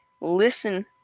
Listen